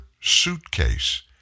suitcase